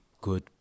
good